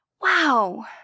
Wow